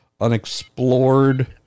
unexplored